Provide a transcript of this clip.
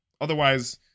Otherwise